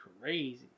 crazy